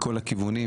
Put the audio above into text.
מכל הכיוונים,